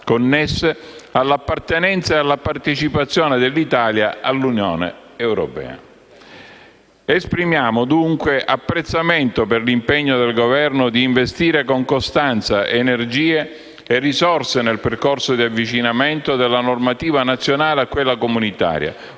connesse all' appartenenza e alla partecipazione dell'Italia all'Unione europea. Esprimiamo dunque apprezzamento per l'impegno del Governo di investire con costanza energie e risorse nel percorso di avvicinamento della normativa nazionale a quella comunitaria.